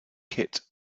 kit